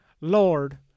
Lord